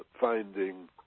finding